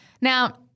Now